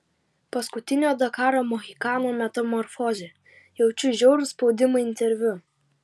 paskutinio dakaro mohikano metamorfozė jaučiu žiaurų spaudimą interviu